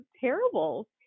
terrible